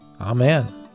Amen